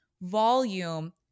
volume